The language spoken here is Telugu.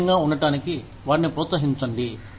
ఆరోగ్యంగా ఉండటానికి వారిని ప్రోత్సహించండి